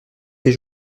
ces